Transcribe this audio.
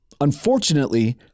Unfortunately